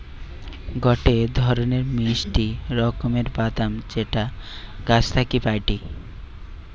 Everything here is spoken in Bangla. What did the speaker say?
গটে ধরণের মিষ্টি রকমের বাদাম যেটা গাছ থাকি পাইটি